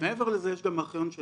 מעבר לזה יש גם את הארכיון של